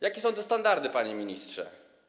Jakie są te standardy, panie ministrze?